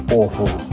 awful